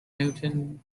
newtown